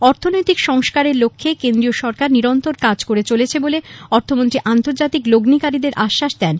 অর্থনৈতিক সংস্কারের লক্ষ্যে কেন্দ্রীয় সরকার নিরন্তর কাজ করে চলেছে বলে অর্থমন্ত্রী আন্তর্জাতিক লগ্নীকারীদের আশ্বাস দেন